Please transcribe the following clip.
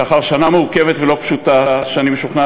לאחר שנה מורכבת ולא פשוטה שאני משוכנע